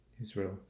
Israel